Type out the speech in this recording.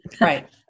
Right